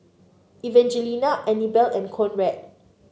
Evangelina Anibal and Conrad